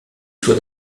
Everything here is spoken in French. soit